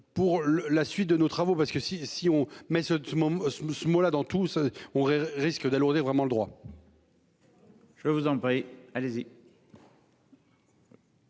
Pour la suite de nos travaux parce que si si on met ce mot, ce mot là dans tout ça, on risque d'alourdir vraiment le droit. Je vous en prie, allez-y.